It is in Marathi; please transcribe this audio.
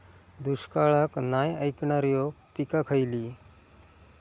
दुष्काळाक नाय ऐकणार्यो पीका खयली?